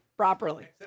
Properly